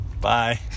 Bye